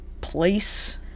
place